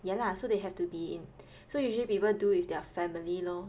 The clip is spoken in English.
ya lah so they have to be in so usually people do with their family lor